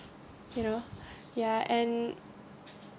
you know ya and